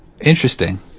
interesting